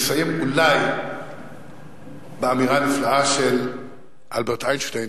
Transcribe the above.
נסיים אולי באמירה הנפלאה של אלברט איינשטיין,